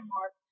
Mark